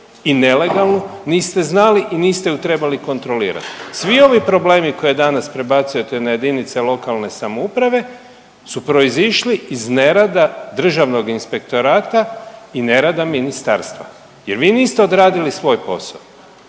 i nelegalnu niste znali i niste i niste ju trebali kontrolirati. Svi ovi problemi koje danas prebacujete na jedinice lokalne samouprave su proizišli iz nerada Državnog inspektorata i nerada ministarstva jer vi niste odradili svoj posao.